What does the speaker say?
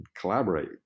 collaborate